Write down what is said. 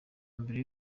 mbere